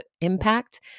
impact